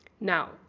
Now